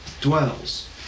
dwells